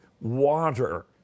water